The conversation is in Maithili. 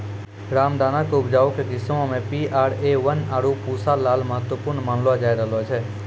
रामदाना के उपजाऊ किस्मो मे पी.आर.ए वन, आरु पूसा लाल महत्वपूर्ण मानलो जाय रहलो छै